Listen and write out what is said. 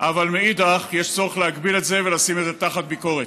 אבל מאידך גיסא יש צורך להגביל את זה ולשים את זה תחת ביקורת.